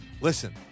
Listen